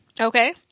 Okay